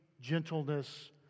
gentleness